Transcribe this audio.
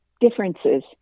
differences